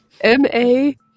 M-A